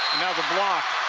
now the block.